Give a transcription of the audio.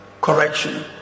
correction